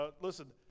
Listen